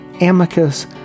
Amicus